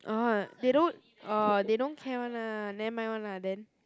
orh they don't orh they don't care [one] lah nevermind [one] lah then